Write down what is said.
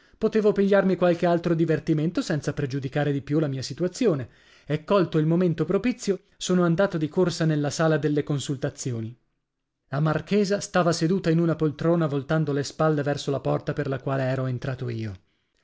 potevo pigliarmi qualche altro divertimento senza pregiudicare di più la mia situazione e còlto il momento propizio sono andato di corsa nella sala delle consultazioni la marchesa stava seduta in una poltrona voltando le spalle verso la porta per la quale ero entrato io